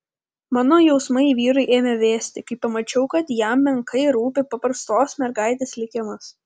mano jausmai vyrui ėmė vėsti kai pamačiau kad jam menkai rūpi paprastos mergaitės likimas